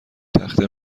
تخته